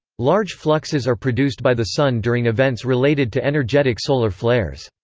large fluxes are produced by the sun during events related to energetic solar flares.